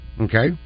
Okay